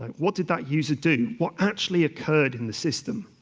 what did that user do? what actually occurred in the system?